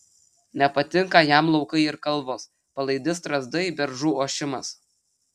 nepatinka jam laukai ir kalvos palaidi strazdai beržų ošimas